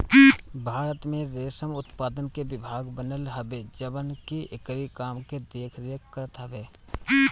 भारत में रेशम उत्पादन के विभाग बनल हवे जवन की एकरी काम के देख रेख करत हवे